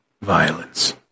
violence